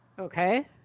okay